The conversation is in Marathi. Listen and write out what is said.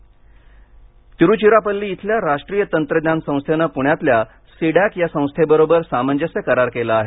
परम महासंगणक तिरुचिराप्पल्ली इथल्या राष्ट्रीय तंत्रज्ञान संस्थेनं पुण्यातल्या सी डॅक या संस्थेबरोबर सामंजस्य करार केला आहे